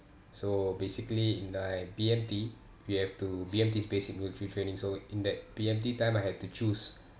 so basically in I B_M_T we have to B_M_T is basic military training so in that B_M_T time I had to choose